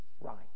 right